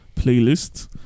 playlist